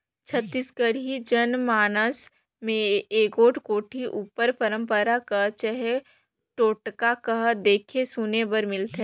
छत्तीसगढ़ी जनमानस मे एगोट कोठी उपर पंरपरा कह चहे टोटका कह देखे सुने बर मिलथे